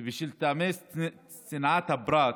ובשל טעמי צנעת הפרט